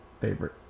favorite